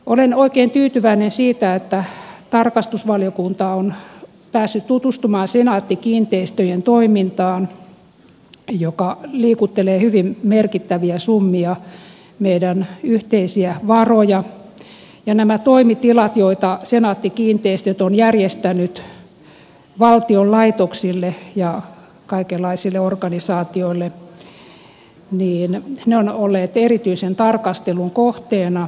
olen oikein tyytyväinen siihen että tarkastusvaliokunta on päässyt tutustumaan senaatti kiinteistöjen joka liikuttelee hyvin merkittäviä summia meidän yhteisiä varojamme toimintaan ja nämä toimitilat joita senaatti kiinteistöt on järjestänyt valtion laitoksille ja kaikenlaisille organisaatioille ovat olleet erityisen tarkastelun kohteena